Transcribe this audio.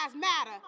Matter